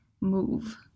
move